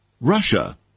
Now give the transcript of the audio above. Russia